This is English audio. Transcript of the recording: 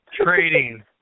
trading